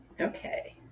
Okay